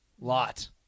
lot